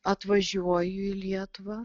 atvažiuoju į lietuvą